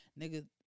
nigga